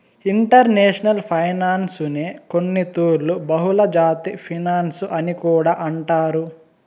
international ఫైనాన్సునే కొన్నితూర్లు బహుళజాతి ఫినన్సు అని కూడా అంటారు